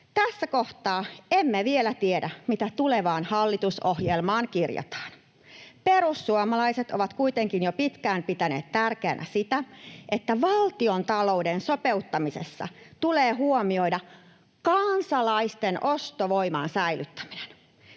Tässä kohtaa emme vielä tiedä, mitä tulevaan hallitusohjelmaan kirjataan. Perussuomalaiset ovat kuitenkin jo pitkään pitäneet tärkeänä sitä, että valtiontalouden sopeuttamisessa tulee huomioida kansalaisten ostovoiman säilyttäminen.